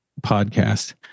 podcast